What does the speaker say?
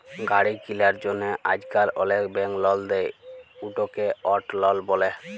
গাড়ি কিলার জ্যনহে আইজকাল অলেক ব্যাংক লল দেই, উটকে অট লল ব্যলে